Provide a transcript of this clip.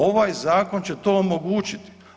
Ovaj Zakon će to omogućiti.